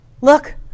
Look